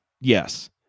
Yes